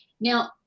Now